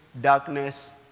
darkness